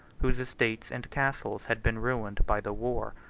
whose estates and castles had been ruined by the war.